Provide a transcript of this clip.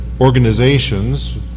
organizations